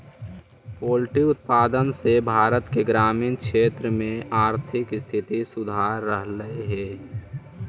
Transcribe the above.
poultry उत्पाद से भारत के ग्रामीण क्षेत्र में आर्थिक स्थिति सुधर रहलई हे